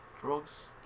Drugs